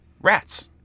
Rats